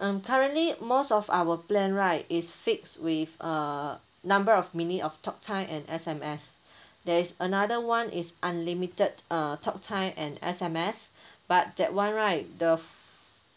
um currently most of our plan right is fixed with uh number of minute of talk time and S_M_S there is another one is unlimited uh talk time and S_M_S but that one right the